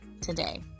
today